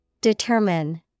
determine